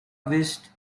wished